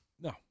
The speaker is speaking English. No